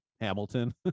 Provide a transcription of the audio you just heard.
hamilton